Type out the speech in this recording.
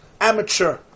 amateur